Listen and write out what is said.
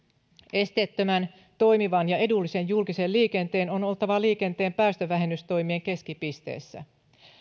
esteettömän toimivan ja edullisen julkisen liikenteen on oltava liikenteen päästövähennystoimien keskipisteessä